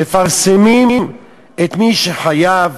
מפרסמים את מי שחייב